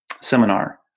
seminar